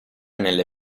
nelle